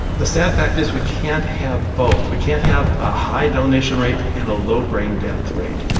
the sad fact is we can't have both. we can't have a high donation rate and a low brain death rate,